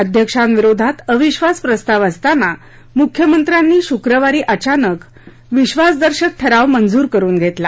अध्यक्षांविरोधात अविधास प्रस्ताव असताना मुख्यमंत्र्यांनी शुक्रवारी अचानक विधासदर्शक ठराव मंजूर करून घेतला